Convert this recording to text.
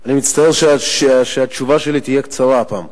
אני מצטער שהתשובה שלי תהיה קצרה הפעם,